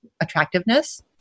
attractiveness